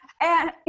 and-